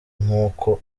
nkuko